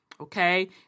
okay